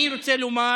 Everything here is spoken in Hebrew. אני רוצה לומר